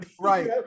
Right